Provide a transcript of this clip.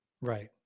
Right